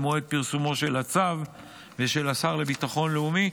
במועד פרסומו של הצו של השר לביטחון לאומי,